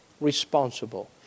responsible